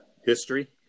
history